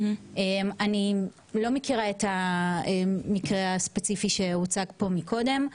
אני לא מכירה את המקרה הספציפי שהוצג פה קודם,